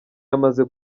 yamaze